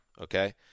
Okay